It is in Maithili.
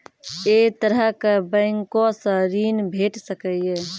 ऐ तरहक बैंकोसऽ ॠण भेट सकै ये?